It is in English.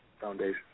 foundation